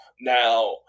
Now